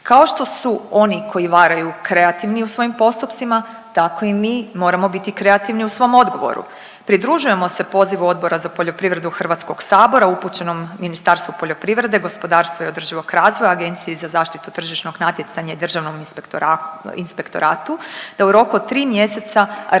Kao što su oni koji varaju kreativni u svojim postupcima, tako i mi moramo biti kreativni u svom odgovoru. Pridružujemo se pozivu Odbora za poljoprivredu HS upućenom Ministarstvu poljoprivrede, gospodarstva i održivog razvoja, Agenciji za zaštitu tržišnog natjecanja i Državnom inspektoratu da u roku od 3 mjeseca razmotre